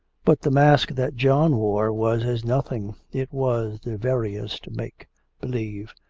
but the mask that john wore was as nothing it was the veriest make believe.